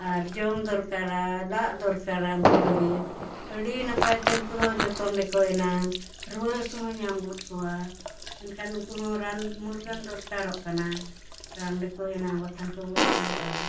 ᱟᱨ ᱡᱚᱢ ᱫᱚᱨᱠᱟᱨᱟ ᱫᱟᱜ ᱫᱚᱨᱠᱟᱨᱟ ᱩᱱᱠᱩ ᱞᱟᱹᱜᱤᱫ ᱟᱹᱰᱤ ᱱᱟᱯᱟᱭ ᱛᱮ ᱩᱱᱠᱩ ᱫᱚ ᱡᱚᱛᱚᱱ ᱞᱮᱠᱚ ᱮᱱᱟᱟᱝ ᱨᱩᱣᱟᱹ ᱦᱟᱹᱥᱩ ᱦᱚᱸ ᱧᱟᱢ ᱜᱚᱫ ᱠᱚᱣᱟ ᱮᱱᱠᱷᱟᱱ ᱩᱱᱠᱩ ᱦᱚᱸ ᱨᱟᱱ ᱢᱩᱨᱜᱟᱹᱱ ᱫᱚᱨᱠᱟᱨᱚᱜ ᱠᱟᱱᱟ ᱨᱟᱱ ᱞᱮᱠᱚ ᱮᱱᱟ ᱵᱟᱠᱷᱟᱱ ᱠᱚ ᱜᱚᱡ ᱜᱚᱫᱚᱜᱼᱟ